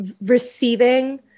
receiving